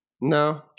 no